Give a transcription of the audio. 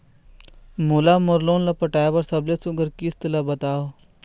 मोला मोर लोन ला पटाए बर सबले सुघ्घर किस्त ला बताव?